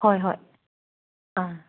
ꯍꯣꯏ ꯍꯣꯏ ꯑꯥ